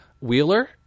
Wheeler